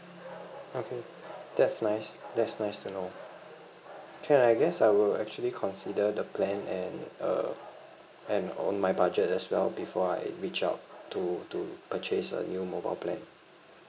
okay that's nice that's nice to know can I guess I will actually consider the plan and uh and on my budget as well before I reach out to to purchase a new mobile plan